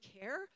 care